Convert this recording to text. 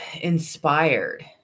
inspired